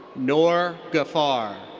noor ghaffar.